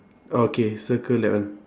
okay circle that one